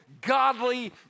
godly